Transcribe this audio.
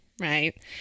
right